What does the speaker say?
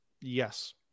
Yes